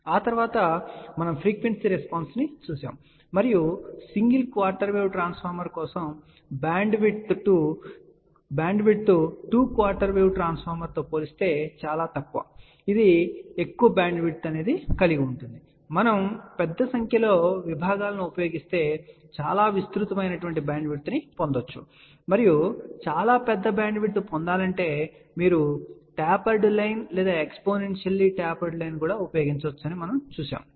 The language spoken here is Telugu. ఆ తరువాత మనం ఫ్రీక్వెన్సీ రెస్పాన్స్ ను చూశాము మరియు సింగిల్ క్వార్టర్ వేవ్ ట్రాన్స్ఫార్మర్ కోసం బ్యాండ్విడ్త్ టు క్వార్టర్ వేవ్ ట్రాన్స్ఫార్మర్తో పోలిస్తే చాలా తక్కువ ఇది పెద్ద బ్యాండ్విడ్త్ కలిగి ఉంది మరియు మనం పెద్ద సంఖ్యలో విభాగాలను ఉపయోగిస్తే మనం చాలా విస్తృత బ్యాండ్విడ్త్ పొందవచ్చు మరియు చాలా పెద్ద బ్యాండ్విడ్త్ను పొందడానికి మీరు టాపర్డ్ లైన్ లేదా ఎక్స్పోనెన్షియల్లి టాపర్డ్ లైన్ ఉపయోగించవచ్చని కూడా ఇది పేర్కొంది